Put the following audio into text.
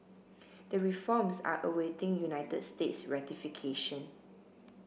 the reforms are awaiting United States ratification